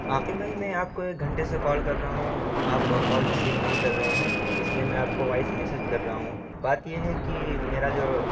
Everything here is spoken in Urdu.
عاقب بھائی میں آپ کو ایک گھنٹے سے کال کر رہا ہوں آپ کال ریسیو نہیں کر رہے ہیں اس لیے میں آپ کو وائس میسج کر رہا ہوں بات یہ ہے کہ میرا جو